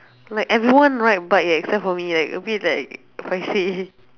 like everyone ride bike eh except for me like a bit like paiseh